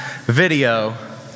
video